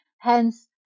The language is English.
Hence